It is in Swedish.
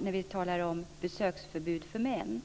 när vi talar om besöksförbud för män.